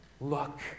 Look